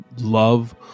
love